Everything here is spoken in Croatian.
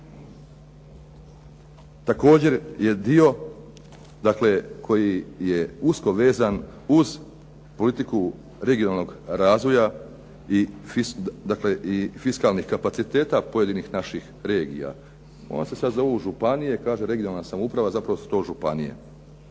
također je dio dakle, koji je usko vezan uz politiku regionalnog razvoja i dakle fiskalnih kapaciteta pojedinih naših regija. One se sada zovu županije, kaže regionalna samouprava, zapravo su to županije.